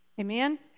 Amen